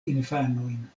infanojn